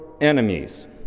enemies